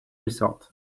resort